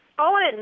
Owen